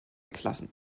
klassen